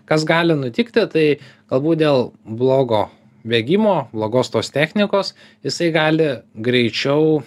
kas gali nutikti tai galbūt dėl blogo bėgimo blogos tos technikos jisai gali greičiau